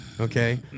okay